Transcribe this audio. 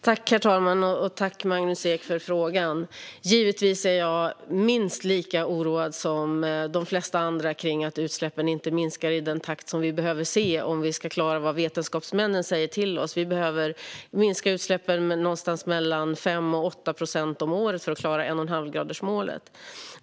Herr talman! Tack för frågan, Magnus Ek! Givetvis är jag minst lika oroad som de flesta andra över att utsläppen inte minskar i den takt vi behöver se om vi ska klara av det vetenskapsmännen säger till oss. Vi behöver minska utsläppen med någonstans mellan 5 och 8 procent om året för att klara 1,5-gradersmålet.